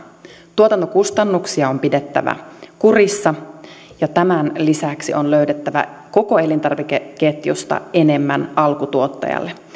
tuotantokustannuksia on pidettävä kurissa ja tämän lisäksi on löydettävä koko elintarvikeketjusta enemmän alkutuottajalle